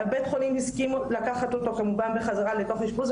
בית החולים הסכימו לקחת אותו כמובן בחזרה לתוך אשפוז.